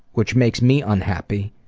which makes me unhappy,